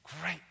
Great